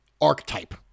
archetype